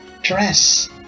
dress